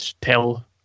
tell